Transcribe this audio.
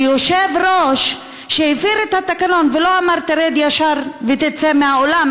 ויושב-ראש שהפר את התקנון ולא אמר: תרד ישר ותצא מהאולם,